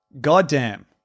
goddamn